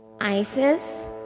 Isis